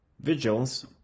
Vigils